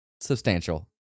substantial